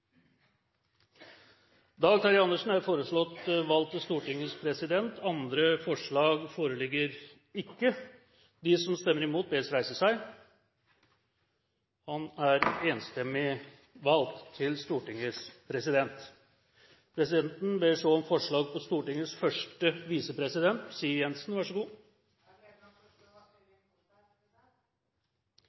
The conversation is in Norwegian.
Dag Terje Andersen. Dag Terje Andersen er foreslått valgt til Stortingets president. – Andre forslag foreligger ikke. Presidenten ber så om forslag på Stortingets første visepresident. Jeg har gleden av å foreslå Øyvind Korsberg. Øyvind Korsberg er foreslått valgt til Stortingets første visepresident.